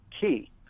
key